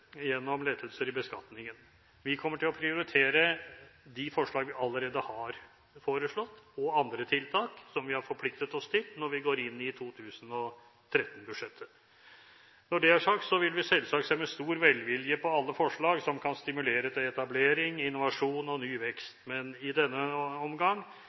gjennom lettelser i beskatningen. Vi kommer til å prioritere de forslag vi allerede har foreslått, og andre tiltak som vi har forpliktet oss til, når vi går inn i 2013-budsjettet. Når det er sagt, vil vi selvsagt se med stor velvilje på alle forslag som kan stimulere til etablering, innovasjon og ny vekst. I denne omgang